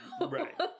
right